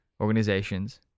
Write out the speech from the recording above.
organizations